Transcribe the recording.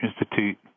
Institute